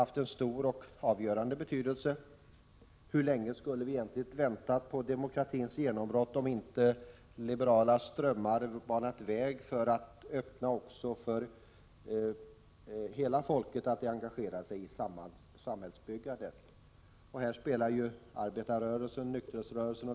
Samtidigt som regeringen genomdrev en anslagsuppräkning till halvmiljardklassen för dagspressen sopade den bort de enstaka miljoner som gick till de hundratals svenska folkrörelserna.